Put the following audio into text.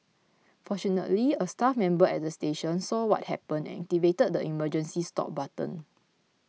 fortunately a staff member at the station saw what happened and activated the emergency stop button